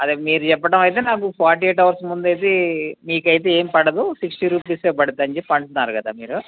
అదే మీరు చెప్పడం అయితే నాకు ఫార్టీ ఎయిట్ అవర్స్ ముందు అయితే మీకైతే ఏమి పడదు సిక్స్టీ రుపీసే పడుతుంది అని చెప్పి అంటున్నారు కదా మీరు